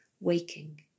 Waking